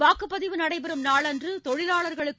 வாக்குப்பதிவு நடைபெறும் நாளன்று தொழிலாளா்களுக்கு